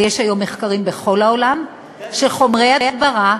ויש היום בכל העולם מחקרים על כך שחומרי הדברה,